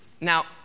Now